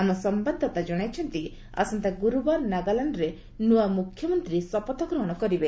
ଆମ ସମ୍ଭାଦଦାତା କଣାଇଛନ୍ତି ଆସନ୍ତା ଗୁରୁବାର ନାଗାଲାଣ୍ଡ୍ରେ ନୂଆ ମୁଖ୍ୟମନ୍ତ୍ରୀ ଶପଥ ଗ୍ରହଣ କରିବେ